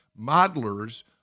modelers